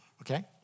okay